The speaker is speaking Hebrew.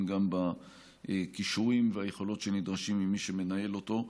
גם בכישורים והיכולות שנדרשים ממי שמנהל אותו.